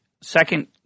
second